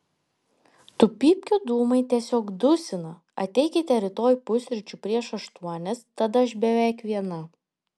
tų pypkių dūmai tiesiog dusina ateikite rytoj pusryčių prieš aštuonias tada aš beveik viena